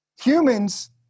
Humans